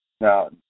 Now